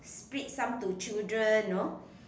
split some to children you know